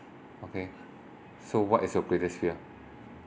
okay so what is your greatest fear